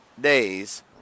days